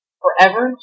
forever